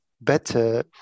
better